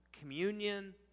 communion